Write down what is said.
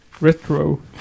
Retro